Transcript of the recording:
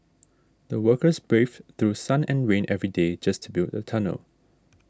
the workers braved through sun and rain every day just to build a tunnel